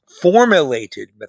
formulated